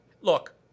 look